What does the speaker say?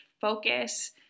focus